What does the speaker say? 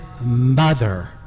mother